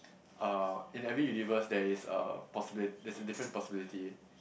uh in every universe there is a possibi~ there's a different possibility